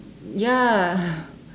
ya